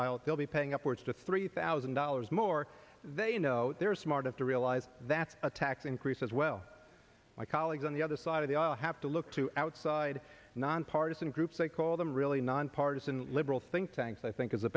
aisle they'll be paying upwards to three thousand dollars more they know they're smart of to realize that's a tax increase as well my colleagues on the other side of the aisle have to look to outside nonpartisan groups i call them really nonpartisan liberal think tanks i think is the